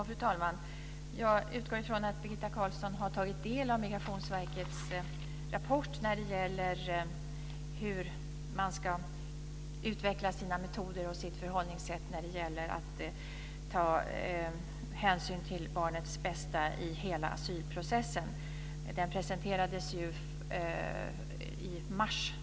Fru talman! Jag utgår från att Birgitta Carlsson har tagit del av Migrationsverkets rapport beträffande hur man ska utveckla sina metoder och sitt förhållningssätt när det gäller att ta hänsyn till barnets bästa i hela asylprocessen. Denna rapport presenterades ju i mars.